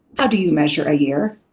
how do you measure a year?